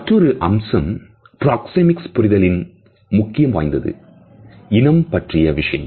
மற்றொரு அம்சம் பிராக்சேமிக்ஸ் புரிதலில் முக்கியம் வாய்ந்தது இனம் பற்றிய விஷயங்கள்